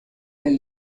del